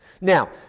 Now